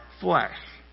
flesh